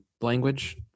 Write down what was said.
language